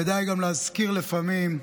כדאי גם להזכיר לפעמים,